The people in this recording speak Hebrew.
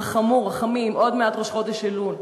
רחמו, רחמים, עוד מעט ראש חודש אלול.